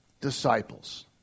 disciples